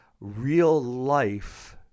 real-life